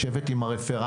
לשבת עם הרפרנט,